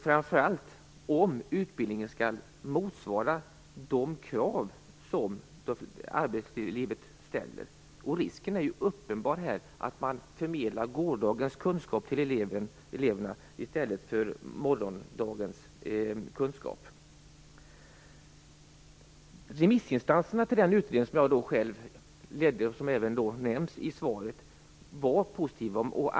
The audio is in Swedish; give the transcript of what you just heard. Framför allt gäller det frågan om utbildningen skall motsvara de krav som arbetslivet ställer. Risken är ju här uppenbar att gårdagens, inte morgondagens, kunskap förmedlas till eleverna. När det gäller den utredning som jag själv ledde och som också nämns i svaret var remissinstanserna positiva.